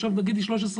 עכשיו אם תגידי 13,